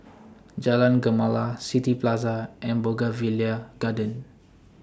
Jalan Gemala City Plaza and Bougainvillea Garden